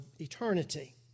eternity